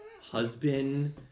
husband